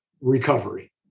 recovery